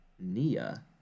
Nia